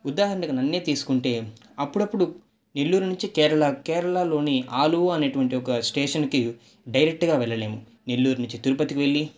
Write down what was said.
ఉదాహరణకు నన్నే తీసుకుంటే అప్పుడప్పుడు నెల్లూరు నుంచి కేరళ కేరళలోని ఆలూ అనేటువంటి ఒక స్టేషన్కి డైరెక్ట్గా వెళ్ళలేము నెల్లూరు నుంచి తిరుపతికి వెళ్ళి